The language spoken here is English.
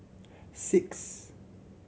six